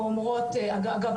אגב,